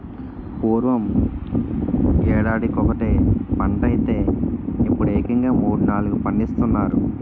పూర్వం యేడాదికొకటే పంటైతే యిప్పుడేకంగా మూడూ, నాలుగూ పండిస్తున్నారు